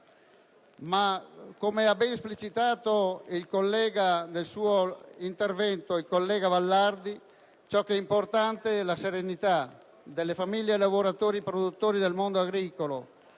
Ma, come ha ben esplicitato il collega Vallardi nel suo intervento, ciò che è importante è la serenità delle famiglie dei lavoratori e produttori del mondo agricolo,